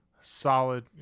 solid